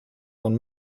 von